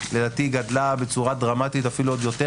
לדעתי היא גדלה בצורה דרמטית אפילו עוד יותר